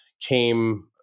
came